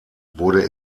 wurde